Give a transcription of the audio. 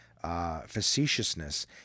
facetiousness